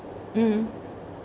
mm